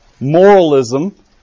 moralism